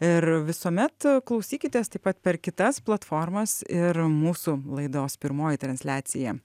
ir visuomet klausykitės taip pat per kitas platformas ir mūsų laidos pirmoji transliacija